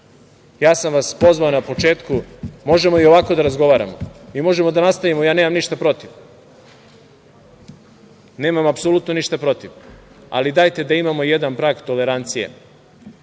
sam vas na početku, možemo i ovako da razgovaramo i možemo da nastavimo, ja nemam ništa protiv, nemam apsolutno ništa protiv, ali dajte da imamo jedan prag tolerancije.